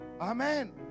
Amen